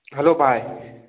hello ꯚꯥꯏ